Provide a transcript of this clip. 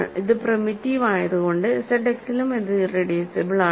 ഇത് പ്രിമിറ്റീവ് ആയതുകൊണ്ട് ഇസഡ് എക്സിലും ഇത് ഇറെഡ്യൂസിബിൾ ആണ്